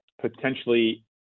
potentially